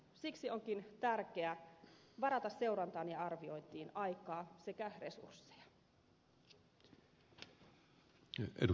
siksi onkin tärkeää varata seurantaan ja arviointiin aikaa sekä resursseja